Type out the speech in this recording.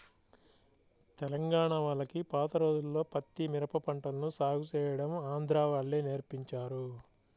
తెలంగాణా వాళ్లకి పాత రోజుల్లో పత్తి, మిరప పంటలను సాగు చేయడం ఆంధ్రా వాళ్ళే నేర్పించారు